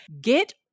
get